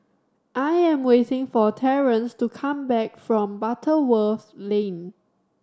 I am waiting for Terance to come back from Butterworth Lane